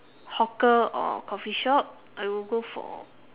hawker or coffee shop I would go for